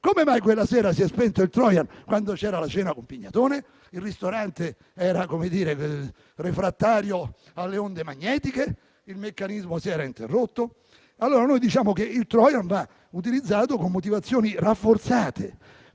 come mai quella sera si è spento il *trojan* quando c'era la cena con Pignatone? Il ristorante era refrattario alle onde magnetiche? Il meccanismo si era interrotto? Quello che sosteniamo è che il *trojan* vada utilizzato con motivazioni rafforzate,